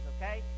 okay